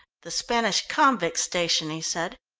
the spanish convict station, he said.